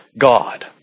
God